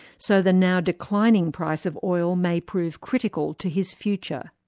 so the now declining price of oil may prove critical to his future.